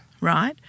right